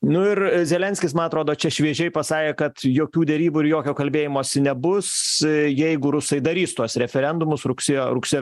nu ir zelenskis man atrodo čia šviečia pasakė kad jokių derybų ir jokio kalbėjimosi nebus jeigu rusai darys tuos referendumus rugsėjo rugsėjo